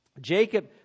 Jacob